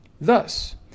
Thus